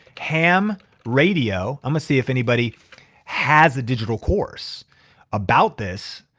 ham radio. i'm gonna see if anybody has a digital course about this.